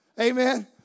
Amen